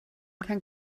kann